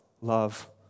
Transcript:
love